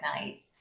nights